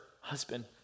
husband